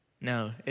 No